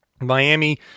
Miami